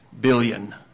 billion